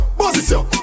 position